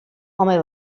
home